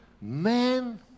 Man